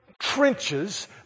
trenches